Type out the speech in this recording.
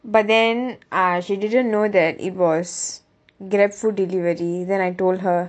but then uh she didn't know that it was Grab food delivery then I told her